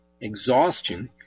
exhaustion